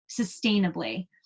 sustainably